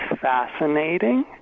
fascinating